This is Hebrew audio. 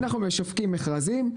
אנחנו משווקים מכרזים.